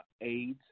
AIDS